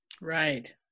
Right